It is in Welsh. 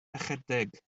ychydig